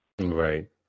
Right